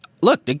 Look